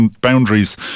boundaries